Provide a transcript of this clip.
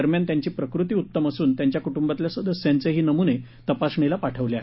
दरम्यान त्यांची प्रकृती उत्तम असून त्यांच्या कुटुंबातल्या सदस्यांचेही नमुने तपासणीला पाठवले आहेत